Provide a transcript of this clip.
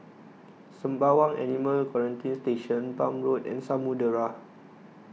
Sembawang Animal Quarantine Station Palm Road and Samudera